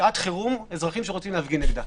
בשעת חירום אזרחים שרוצים להפגין נגדה.